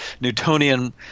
Newtonian